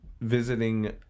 visiting